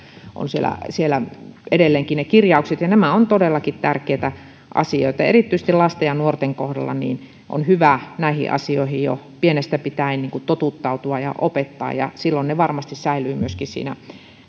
on siellä siellä edelleenkin ne kirjaukset nämä ovat todellakin tärkeitä asioita ja erityisesti lasten ja nuorten kohdalla on hyvä näihin asioihin jo pienestä pitäen totuttautua ja niitä opetella silloin ne varmasti säilyvät myöskin